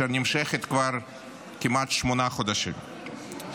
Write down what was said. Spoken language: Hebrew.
שנמשכת כבר כמעט שמונה חודשים.